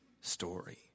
story